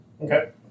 Okay